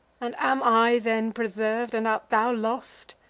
and am i then preserv'd, and art thou lost?